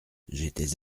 j’étais